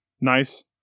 nice